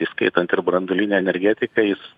įskaitant ir branduolinę energetiką jis